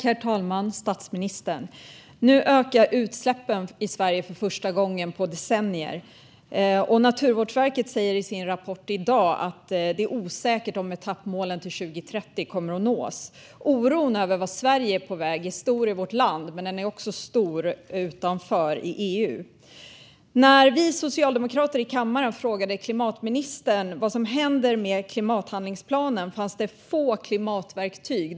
Herr talman och statsministern! Nu ökar utsläppen i Sverige för första gången på decennier. Naturvårdsverket säger i sin rapport i dag att det är osäkert om etappmålen till 2030 kommer att nås. Oron över vart Sverige är på väg är stor i vårt land men också utanför landet, i EU. När vi socialdemokrater i kammaren frågade klimatministern vad som händer med klimathandlingsplanen fanns det få svar om klimatverktyg.